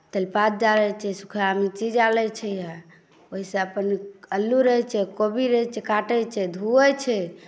तेजपात डालैत छै सुखल मिरची डालैत छै यए ओहिसँ पहिलुक आलू रहैत छै कोबी रहैत छै काटैत छै धुअय छै